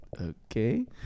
okay